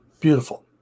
beautiful